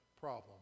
problem